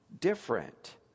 different